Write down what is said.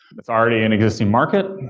it's already in existing market.